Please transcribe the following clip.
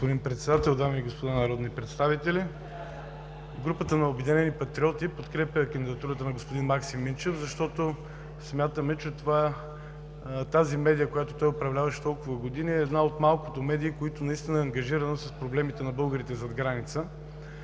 господин Председател, уважаеми дами и господа народни представители! Групата на „Обединени патриоти“ подкрепя кандидатурата на господин Максим Минчев, защото смятаме, че тази медия, която той управляваше толкова години, е една от малкото, която наистина е ангажирана с проблемите на българите зад граница.